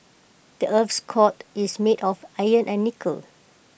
the Earth's core is made of iron and nickel